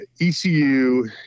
ECU